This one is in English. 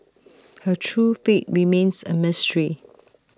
her true fate remains A mystery